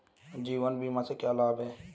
जीवन बीमा से क्या लाभ हैं?